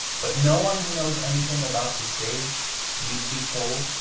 but no one who knows anything about the stage need be told